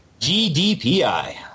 GDPI